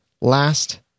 last